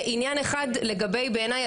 ואני רק אגיד עניין אחד לגבי בעיניי